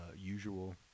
usual